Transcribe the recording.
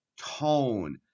tone